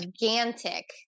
Gigantic